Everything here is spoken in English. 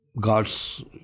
God's